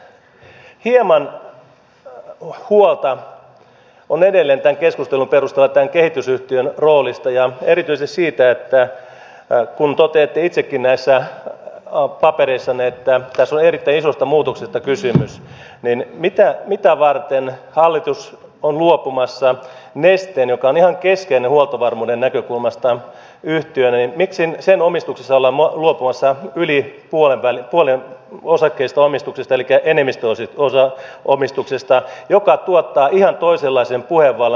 hieman huolta on edelleen tämän keskustelun perusteella tämän kehitysyhtiön roolista ja erityisesti siitä toteatte itsekin näissä papereissanne että tässä on erittäin isosta muutoksesta kysymys mitä varten hallitus on luopumassa yli puolesta nesteen joka on ihan keskeinen yhtiö huoltovarmuuden näkökulmasta yhtiön etsin sen omistuksessa lama osa yli puolenvälin puolen osakkeiden omistuksesta elikkä enemmistöomistuksesta mikä tuottaa ihan toisenlaisen puhevallan